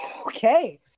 Okay